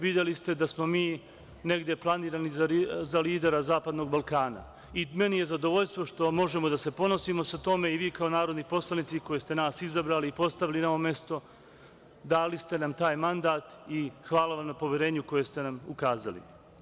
Videli ste da smo mi negde planirani za lidera zapadnog Balkana i meni je zadovoljstvo što možemo da se ponosimo sa time i vi kao narodni poslanici koji ste nas izabrali i postavili na ovo mesto, dali ste nam taj mandat i hvala vam na poverenju koje ste nam ukazali.